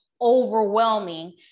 overwhelming